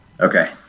okay